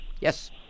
yes